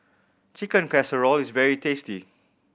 Chicken Casserole is very tasty